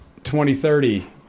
2030